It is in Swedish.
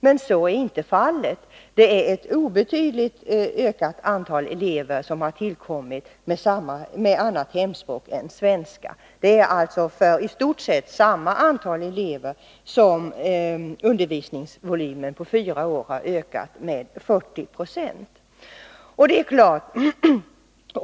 Men så är inte fallet, utan det är ett obetydligt ökat antal elever med annat hemspråk än svenska som tillkommit. Det är alltså för i stort sett samma antal elever som undervisningsvolymen på fyra år har ökat med 40 96.